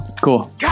Cool